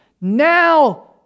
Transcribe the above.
Now